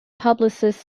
publicist